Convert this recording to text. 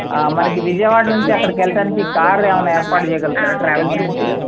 మనకి విజయవాడ్నుంచి అక్కడికి వెళ్ళడానికి కారు ఏమైనా ఏర్పాటు చెయ్యగలుగుతారా ట్రావెల్స్ నుంచి